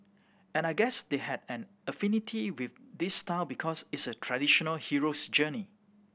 and I guess they had an affinity with this style because it's a traditional hero's journey